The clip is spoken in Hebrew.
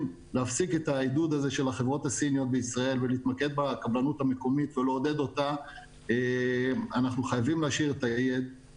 החברות הסיניות הן הרבה פעמים -- יש דיון מיוחד על הרכש גומלין,